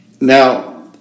Now